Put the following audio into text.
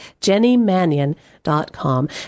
JennyMannion.com